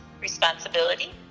responsibility